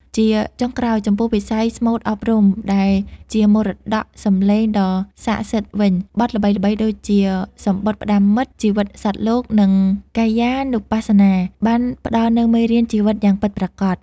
ជាចុងក្រោយ ចំពោះវិស័យស្មូតអប់រំដែលជាមរតកសម្លេងដ៏ស័ក្តិសិទ្ធិវិញ បទល្បីៗដូចជា សំបុត្រផ្ដាំមិត្ត ជីវិតសត្វលោក និង កាយានុបស្សនា បានផ្តល់នូវមេរៀនជីវិតយ៉ាងពិតប្រាកដ។